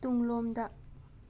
ꯇꯨꯡꯂꯣꯝꯗ